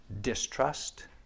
distrust